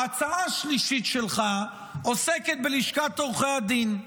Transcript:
ההצעה השלישית שלך עוסקת בלשכת עורכי הדין.